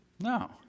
No